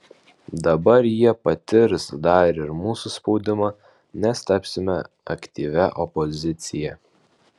dabar jie patirs dar ir mūsų spaudimą nes tapsime aktyvia opozicija